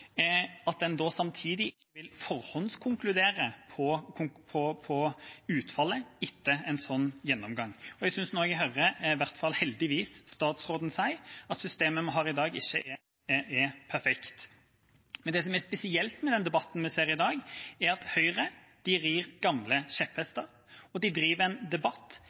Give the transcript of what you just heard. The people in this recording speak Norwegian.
samtidig forhåndskonkludere på utfallet etter en sånn gjennomgang. Jeg synes jeg hører, heldigvis, statsråden si at systemet som vi har i dag, ikke er perfekt. Men det som er spesielt med debatten i dag, er at Høyre rir gamle kjepphester, og driver en debatt